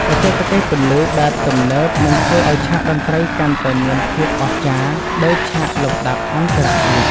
បច្ចេកទេសពន្លឺបែបទំនើបនឹងធ្វើឱ្យឆាកតន្ត្រីកាន់តែមានភាពអស្ចារ្យដូចឆាកលំដាប់អន្តរជាតិ។